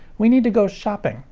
we need to go shopping.